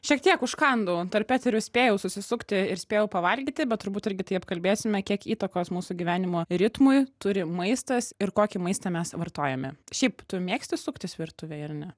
šiek tiek užkandau tarp eterio spėjau susisukti ir spėjau pavalgyti bet turbūt irgi tai apkalbėsime kiek įtakos mūsų gyvenimo ritmui turi maistas ir kokį maistą mes vartojame šiaip tu mėgsti suktis virtuvėj ar ne